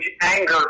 anger